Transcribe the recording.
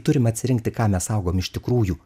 turim atsirinkti ką mes saugom iš tikrųjų